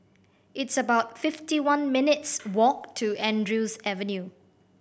it's about fifty one minutes' walk to Andrews Avenue